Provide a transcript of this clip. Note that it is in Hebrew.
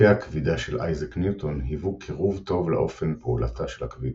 חוקי הכבידה של אייזק ניוטון היוו קירוב טוב לאופן פעולתה של הכבידה.